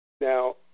Now